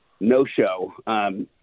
no-show